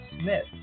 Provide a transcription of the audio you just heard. Smith